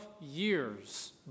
years